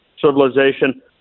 civilization